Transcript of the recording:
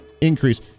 increase